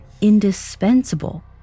indispensable